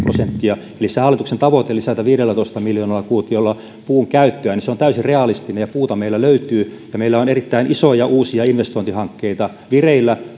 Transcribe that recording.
prosenttia eli se hallituksen tavoite lisätä viidellätoista miljoonalla kuutiolla puunkäyttöä on täysin realistinen ja puuta meillä löytyy meillä on erittäin isoja uusia investointihankkeita vireillä